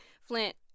Flint